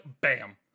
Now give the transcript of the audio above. Bam